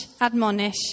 admonish